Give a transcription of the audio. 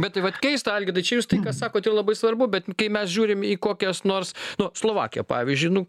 bet tai vat keista algirdai čiajūs tai ką sakot tai labai svarbu bet kai mes žiūrime į kokias nors nu slovakiją pavyzdžiui nu